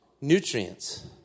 nutrients